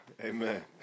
Amen